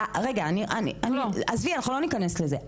רגע, עזבי אנחנו לא נכנס לזה.